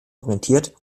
orientiert